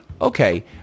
okay